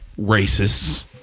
racists